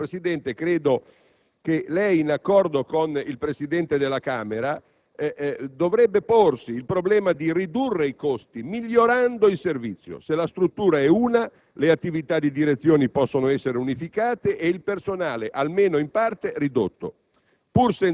Signor Presidente, soprattutto credo che lei, in accordo con il Presidente della Camera, dovrebbe porsi il problema di ridurre i costi migliorando il servizio. Se la struttura è una, le attività di direzione possono essere unificate e il personale, almeno in parte, ridotto.